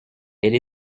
elle